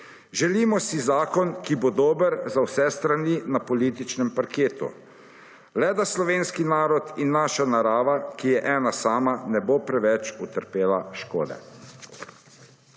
Želimo si zakon, ki bo dober za vse strani na političnem parketu le, da slovenski narod in naša narava, ki je ena sama ne bo preveč utrpela škode.